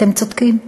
אתם צודקים,